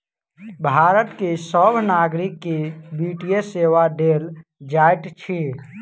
भारत के सभ नागरिक के वित्तीय सेवा देल जाइत अछि